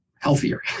healthier